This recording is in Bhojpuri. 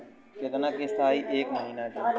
कितना किस्त आई एक महीना के?